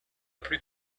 plus